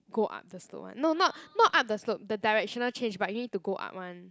go up the slope [one] no not not up the slope the directional change but you need to go up [one]